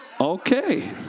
Okay